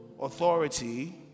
authority